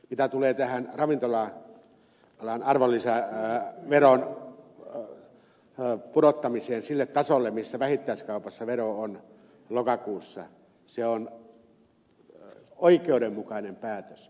mitä tulee tähän ravintola alan arvonlisäveron pudottamiseen sille tasolle millä vähittäiskaupassa vero on lokakuussa se on oikeudenmukainen päätös